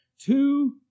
two